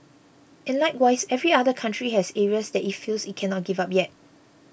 and likewise every other country has areas that it feels it cannot give up yet